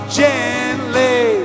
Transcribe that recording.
gently